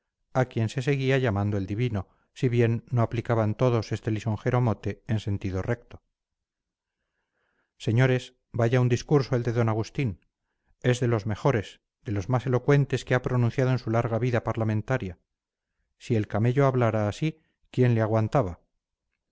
a quien se seguía llamando el divino si bien no aplicaban todos este lisonjero mote en sentido recto señores vaya un discurso el de don agustín es de los mejores de los más elocuentes que ha pronunciado en su larga vida parlamentaria si el camello hablara así quién le aguantaba